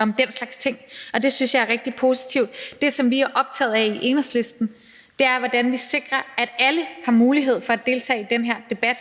om den slags ting, og det synes jeg er rigtig positivt. Det, som vi er optaget af i Enhedslisten, er, hvordan vi sikrer, at alle har mulighed for at deltage i den her debat